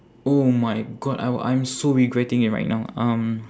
oh my god I w~ I'm so regretting it right now um